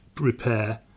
repair